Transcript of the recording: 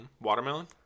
Watermelon